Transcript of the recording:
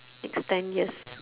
next ten years